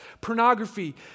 pornography